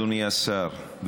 אדוני השר,